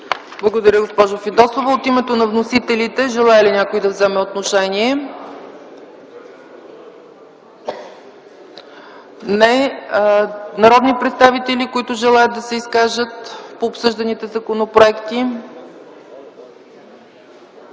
Благодаря, госпожо Фидосова. От името на вносителите – желае ли някой да вземе отношение? Не. Има ли народни представители, които желаят да се изкажат по обсъжданите законопроекти?